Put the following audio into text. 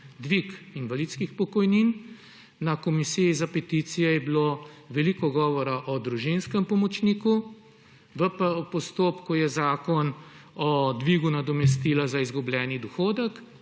dvig invalidskih pokojnin, na Komisiji za peticije je bilo veliko govora o družinskem pomočniku, v postopku je Zakon o dvigu nadomestila za izgubljeni dohodek,